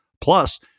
plus